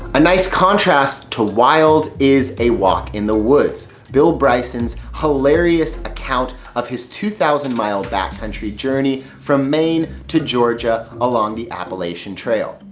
a nice contrast to wild is a walk in the woods. bill bryson's hilarious account of his two thousand mile back country journey from maine to georgia along the appellation trail.